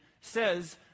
says